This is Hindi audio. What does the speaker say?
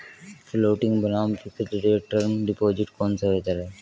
फ्लोटिंग बनाम फिक्स्ड रेट टर्म डिपॉजिट कौन सा बेहतर है?